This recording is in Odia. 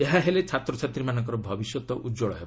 ଏହା ହେଲେ ଛାତ୍ରଛାତ୍ରୀମାନଙ୍କର ଭବିଷ୍ୟତ ଉଜ୍ଜ୍ୱଳ ହେବ